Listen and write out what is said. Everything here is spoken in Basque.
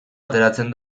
ateratzen